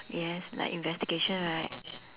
yes like investigation right